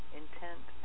intent